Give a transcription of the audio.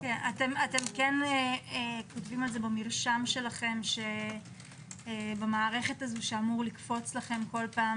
אם כותבים על הזה במרשם שלכם במערכת הזאת שאמור לקפוץ לכם כל פעם